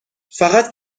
فقط